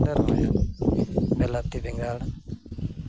ᱞᱮ ᱨᱚᱦᱚᱭᱟ ᱵᱤᱞᱟᱹᱛᱤ ᱵᱮᱸᱜᱟᱲ